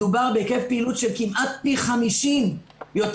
מדובר בהיקף פעילות של כמעט פי 50 יותר